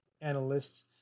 analysts